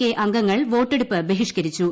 K അംഗങ്ങൾ വോട്ടെടുപ്പ് ബഹിഷ്ക്കരിച്ചു